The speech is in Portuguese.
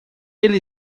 ele